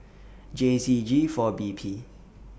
J Z G four B P